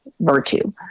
virtue